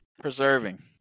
preserving